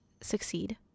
succeed